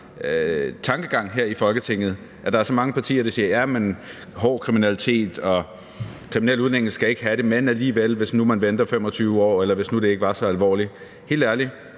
tankegang her i Folketinget, og at der er så mange partier, der siger: Hård kriminalitet og kriminelle udlændinge skal ikke have det, men så alligevel, hvis man nu venter 25 år, eller hvis nu det ikke var så alvorligt osv. Helt ærligt!